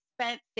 spent